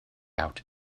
out